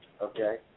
Okay